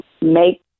Make